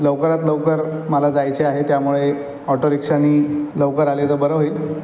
लवकरात लवकर मला जायचे आहे त्यामुळे ऑटोरिक्षानी लवकर आले तर बरं होईल